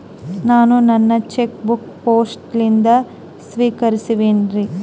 ನಾನು ನನ್ನ cheque book post ಲಿಂದ ಸ್ವೀಕರಿಸಿವ್ರಿ